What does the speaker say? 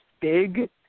big